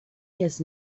his